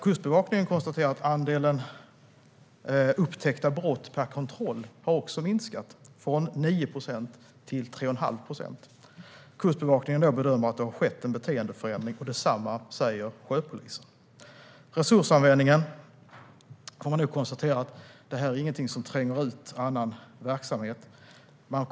Kustbevakningen konstaterar att andelen upptäckta brott per kontroll också har minskat, från 9 procent till 3,5 procent. Kustbevakningen gör bedömningen att det har skett en beteendeförändring, och detsamma säger sjöpolisen. Vad gäller resursanvändningen har man konstaterat att detta inte är något som tränger ut annan verksamhet.